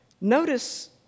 Notice